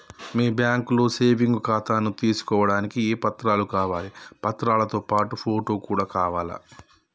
మీ బ్యాంకులో సేవింగ్ ఖాతాను తీసుకోవడానికి ఏ ఏ పత్రాలు కావాలి పత్రాలతో పాటు ఫోటో కూడా కావాలా?